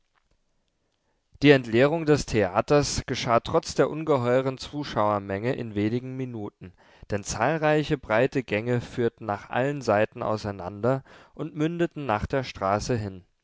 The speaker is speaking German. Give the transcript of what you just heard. die entleerung des theaters geschah trotz der ungeheueren zuschauermenge in wenigen minuten denn zahlreiche breite gänge führten nach allen seiten auseinander und mündeten nach der straße hin